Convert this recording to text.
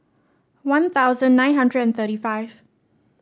One Thousand nine hundred and thirty five